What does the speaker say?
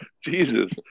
Jesus